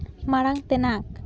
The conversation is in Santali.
ᱢᱟᱲᱟᱝ ᱛᱮᱱᱟᱜ